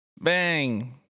Bang